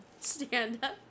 stand-up